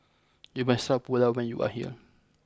you must try Pulao when you are here